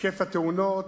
היקף התאונות